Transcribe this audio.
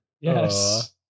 Yes